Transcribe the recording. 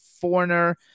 foreigner